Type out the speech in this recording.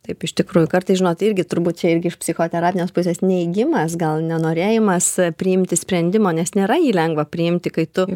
taip iš tikrųjų kartais žinot irgi turbūt čia irgi iš psichoterapinės pusės neigimas gal nenorėjimas priimti sprendimo nes nėra jį lengva priimti kai tu